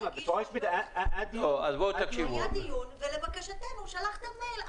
היה דיון ולבקשתנו שלחתם מייל.